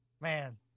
Man